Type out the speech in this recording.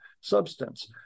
substance